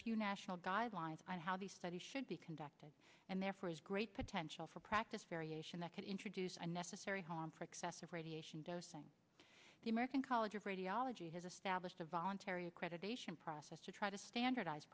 few national guidelines on how the study should be conducted and therefore has great potential for practice variation that could introduce unnecessary harm for excessive radiation dosing the american college of radiology has established a voluntary accreditation process to try to standardize